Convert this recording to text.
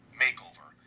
makeover